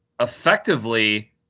effectively